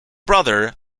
brother